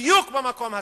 בדיוק במקום הזה,